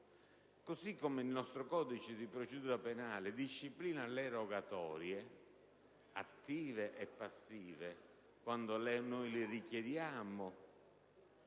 Poiché il nostro codice di procedura penale disciplina le rogatorie attive e passive, cioè quando noi le richiediamo